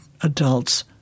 adults